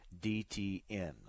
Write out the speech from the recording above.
DTN